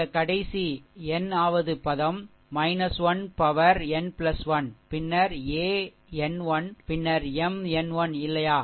இந்த கடைசி n வது பதம் 1 பவர் n1 பின்னர் an 1 பின்னர் Mn 1 இல்லையா